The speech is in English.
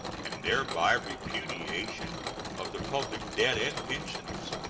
and thereby repudiation of the public debt and pensions,